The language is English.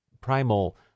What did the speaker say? primal